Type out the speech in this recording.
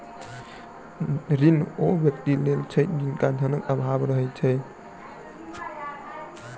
ऋण ओ व्यक्ति लैत अछि जकरा धनक आभाव रहैत छै